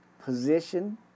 position